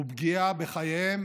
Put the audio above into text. ופגיעה בחייהם